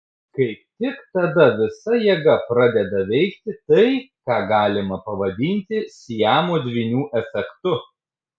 kaip tik tada visa jėga pradeda veikti tai ką galima pavadinti siamo dvynių efektu